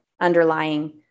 underlying